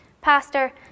pastor